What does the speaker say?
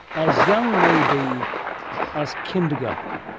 as young maybe as kindergarten.